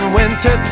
winter